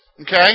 Okay